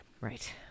right